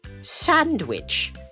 sandwich